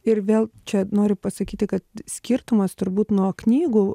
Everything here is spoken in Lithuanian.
ir vėl čia noriu pasakyti kad skirtumas turbūt nuo knygų